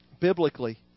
biblically